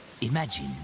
Imagine